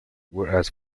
whereas